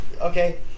Okay